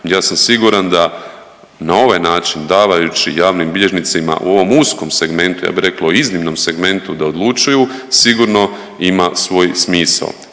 ja sam siguran da na ovaj način davajući javnim bilježnicima u ovom uskom segmentu, ja bih rekao u iznimnom segmentu da odlučuju sigurno ima svoj smisao.